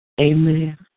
Amen